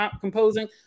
composing